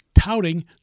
touting